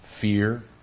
fear